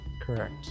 Correct